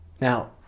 Now